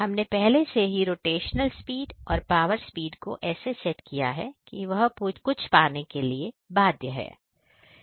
हमने पहले से ही रोटेशनल स्पीड और पावर स्पीड को ऐसे सेट किया है कि वह कुछ पाने के लिए बाध्य है